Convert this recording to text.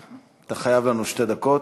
אתה חייב לנו שתי דקות.